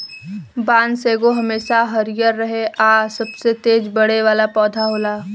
बांस एगो हमेशा हरियर रहे आ सबसे तेज बढ़े वाला पौधा होला